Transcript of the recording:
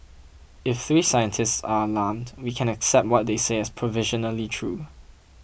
if three scientists are alarmed we can accept what they say as provisionally true